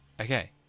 Okay